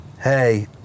hey